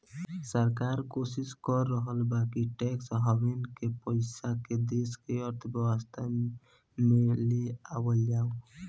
सरकार कोशिस कर रहल बा कि टैक्स हैवेन के पइसा के देश के अर्थव्यवस्था में ले आवल जाव